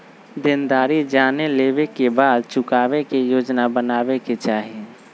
देनदारी जाने लेवे के बाद चुकावे के योजना बनावे के चाहि